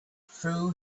threw